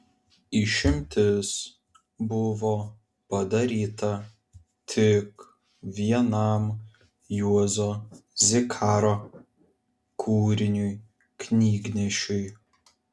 išimtis buvo padaryta tik vienam juozo zikaro kūriniui knygnešiui